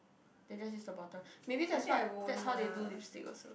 and just use the bottom maybe that's what that's how they do lipstick also